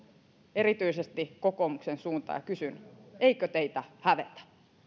erityisesti kokoomuksen suuntaan ja kysyn eikö teitä hävetä